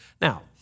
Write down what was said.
Now